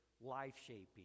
life-shaping